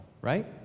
right